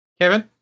Kevin